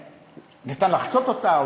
אפשר לחצות אותה,